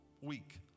week